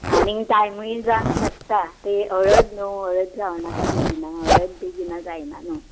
आनीक टायमूय जावंक शकता तें हळद न्हू हळद जावनाका बेगिना हळद बेगिना जायना न्हू